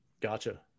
Gotcha